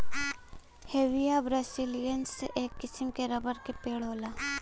Hevea brasiliensis, एक किसिम क रबर क पेड़ होला